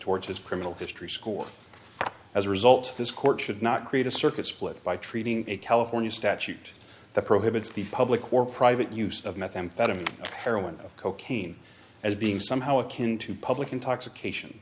towards his criminal history score as a result of this court should not create a circuit split by treating a california statute that prohibits the public or private use of methamphetamine heroin cocaine as being somehow akin to public intoxication